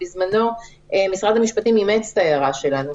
בזמנו משרד המשפטים אימץ את ההערה שלנו.